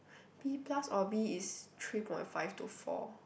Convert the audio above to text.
B plus or B is three point five to four